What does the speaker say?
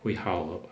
会好